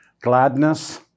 gladness